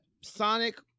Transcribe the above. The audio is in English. sonic